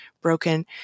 broken